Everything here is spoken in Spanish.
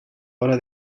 hora